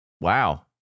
Wow